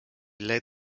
led